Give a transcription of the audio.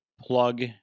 plug